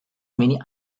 many